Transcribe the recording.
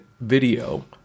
video